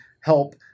help